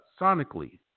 sonically